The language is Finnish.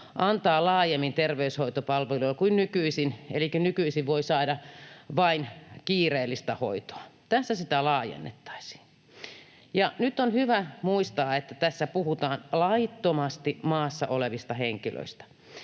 antaa terveyshoitopalvelua laajemmin kuin nykyisin, elikkä nykyisin voi saada vain kiireellistä hoitoa, tässä sitä laajennettaisiin. Ja nyt on hyvä muistaa, että tässä puhutaan laittomasti maassa olevista henkilöistä.